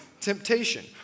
temptation